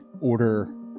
order